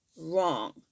wrong